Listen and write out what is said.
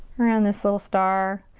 around this little star.